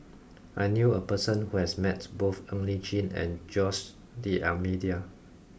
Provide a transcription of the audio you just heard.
I knew a person who has met both Ng Li Chin and Jose D'almeida